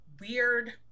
weird